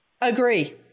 Agree